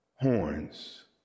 horns